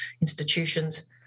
institutions